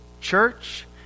church